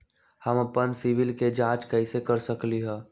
हम अपन सिबिल के जाँच कइसे कर सकली ह?